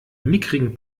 mickrigen